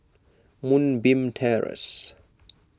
Moonbeam Terrace